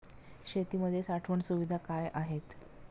शेतीमध्ये साठवण सुविधा काय आहेत?